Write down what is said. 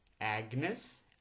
Agnes